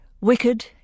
wicked